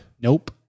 Nope